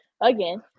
again